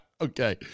Okay